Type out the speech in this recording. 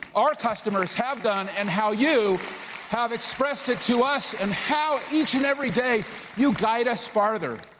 our customers, have done, and how you have expressed it to us. and how each and every day you guide us farther,